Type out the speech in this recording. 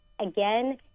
Again